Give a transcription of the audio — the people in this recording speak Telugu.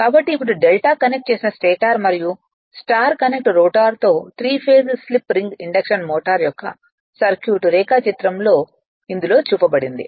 కాబట్టి ఇప్పుడు డెల్టా కనెక్ట్ చేసిన స్టేటర్ మరియు స్టార్ కనెక్ట్ రోటర్తో three phase slip ring induction motor యొక్క సర్క్యూట్ రేఖాచిత్రం ఇందులో చూపబడింది